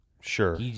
Sure